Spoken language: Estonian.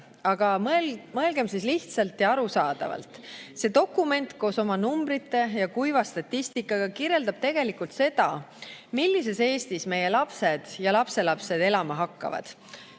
Aga mõelgem siis lihtsalt ja arusaadavalt: see dokument koos oma numbrite ja kuiva statistikaga kirjeldab seda, millises Eestis meie lapsed ja lapselapsed elama hakkavad.